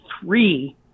three